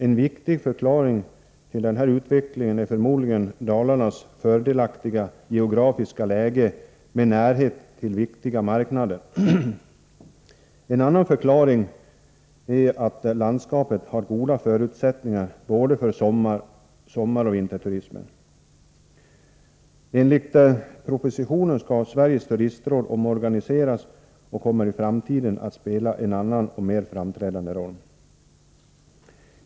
En viktig förklaring till denna utveckling är förmodligen Dalarnas fördelaktiga geografiska läge med närhet till viktiga marknader. En annan förklaring är att landskapet har goda förutsättningar för både sommaroch vinterturism. Enligt propositionen skall Sveriges Turistråd omorganiseras och kommer i framtiden att spela en annan och mer framträdande roll.